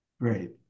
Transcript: Great